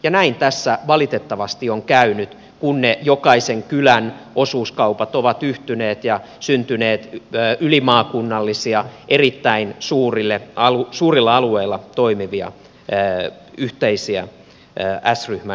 näin tässä valitettavasti on käynyt kun ne jokaisen kylän osuuskaupat ovat yhtyneet ja on syntynyt ylimaakunnallisia erittäin suurilla alueilla toimivia yhteisiä s ryhmän keskittymiä